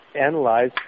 analyze